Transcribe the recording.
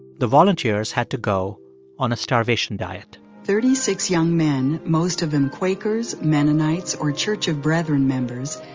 the volunteers had to go on a starvation diet thirty-six young men, most of them quakers, mennonites or church of brethren members,